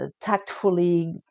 tactfully